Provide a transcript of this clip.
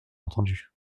entendu